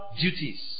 duties